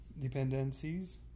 Dependencies